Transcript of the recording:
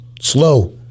slow